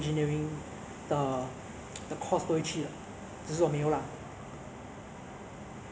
所以你在 aerospace engineering err 学到了什么知识呢